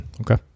Okay